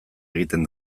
egiten